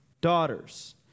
daughters